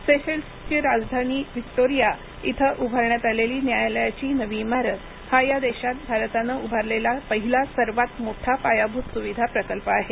सेशेल्सची राजधानी व्हिक्टोरिया इथं उभारण्यात आलेली न्यायालयाची नवी इमारत हा या देशात भारतानं उभारलेला पहिला सर्वात मोठा पायाभूत सुविधा प्रकल्प आहे